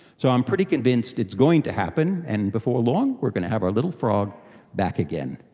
so i'm pretty convinced it's going to happen, and before long we are going to have our little frog back again.